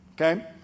okay